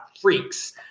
freaks